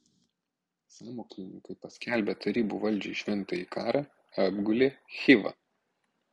sąmokslininkai paskelbę tarybų valdžiai šventąjį karą apgulė chivą